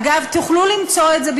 אגב, תוכלו למצוא את זה.